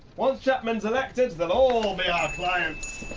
once chapman's elected, they'll all be our clients!